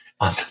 on